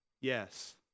Yes